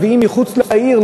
מביאים מחוץ לעיר,